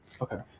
Okay